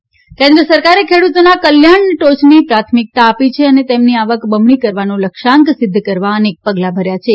ખેડુત કલ્યાણ કેન્દ્ર સરકારે ખેડુતોના કલ્યાણને ટોચની પ્રાથમિકતા આપી છે અને તેમની આવક બમણી કરવાનો લક્ષ્યાંક સિધ્ધ કરવા અનેક પગલા ભર્યા છે